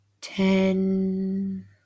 Ten